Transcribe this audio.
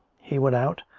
he went out,